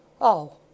Oh